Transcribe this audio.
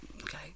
okay